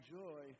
joy